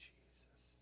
Jesus